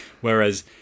Whereas